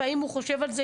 והאם הוא חושב על זה,